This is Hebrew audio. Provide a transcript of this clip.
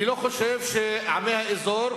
אני לא חושב שעמי האזור,